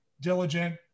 diligent